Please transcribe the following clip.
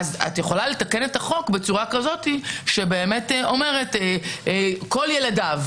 את יכולה לתקן את החוק בצורה כזאת שאומרת: כל ילדיו,